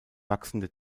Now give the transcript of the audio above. wachsende